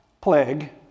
plague